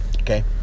Okay